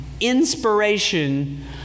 inspiration